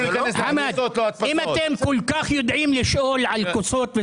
אם אתם כל-כך יודעים לשאול על כוסות,